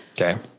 Okay